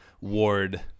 Ward